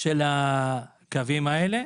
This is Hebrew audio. של הקווים האלה,